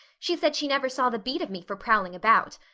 she said she never saw the beat of me for prowling about.